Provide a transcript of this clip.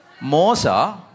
Mosa